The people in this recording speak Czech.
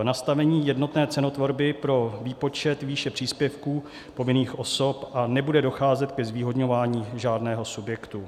Nastavením jednotné cenotvorby pro výpočet výše příspěvků povinných osob nebude docházet ke zvýhodňování žádného subjektu.